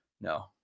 No